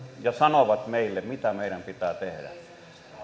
ja sanovat meille mitä meidän pitää tehdä